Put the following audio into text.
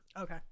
Okay